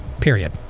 Period